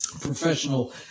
professional